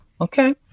Okay